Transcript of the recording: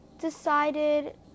decided